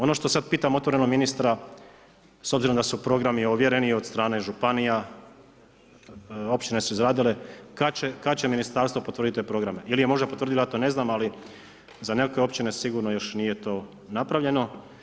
Ono što sada pitam otvoreno ministra, s obzirom da su programi ovjereni od strane županije, općine su izradile, kada će ministarstvo potvrditi te programe ili je možda potvrdila ja to ne znam, ali za nekakve općine sigurno to još nije napravljeno.